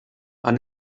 han